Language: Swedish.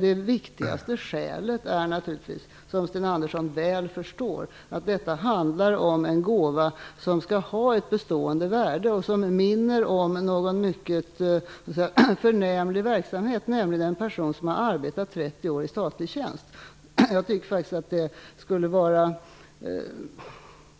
Det vikti gaste skälet härtill är naturligtvis, som Sten An dersson mycket väl förstår, att det handlar om en gåva som skall ha ett bestående värde och som minner om något mycket förnämligt, nämligen om att en person har arbetat 30 år i statlig tjänst. Jag tycker faktiskt att det skulle vara